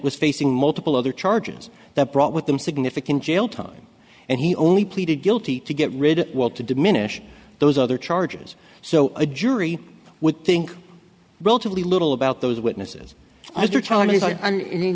was facing multiple other charges that brought with them significant jail time and he only pleaded guilty to get rid to diminish those other charges so a jury would think relatively little about those witnesses a